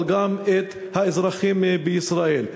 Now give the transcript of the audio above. אבל גם את האזרחים בישראל.